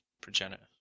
progenitor